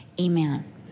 Amen